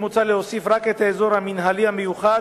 מוצע להוסיף רק את האזור המינהלי המיוחד